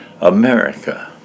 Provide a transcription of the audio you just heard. America